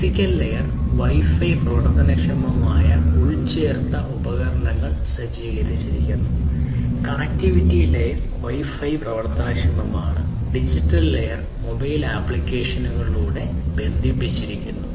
physical ലെയറിൽ WiFi പ്രവർത്തനക്ഷമമായ ഉൾച്ചേർത്ത ഉപകരണങ്ങൾ സജ്ജീകരിച്ചിരിക്കുന്നു കണക്റ്റിവിറ്റി ലെയർ വൈഫൈ പ്രവർത്തനക്ഷമമാണ് ഡിജിറ്റൽ ലെയർ മൊബൈൽ ആപ്ലിക്കേഷനുകളിലൂടെ ബന്ധിപ്പിച്ചിരിക്കുന്നു